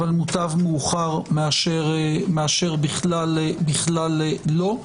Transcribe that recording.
אך מוטב מאוחר מאשר בכלל לא.